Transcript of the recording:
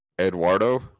Eduardo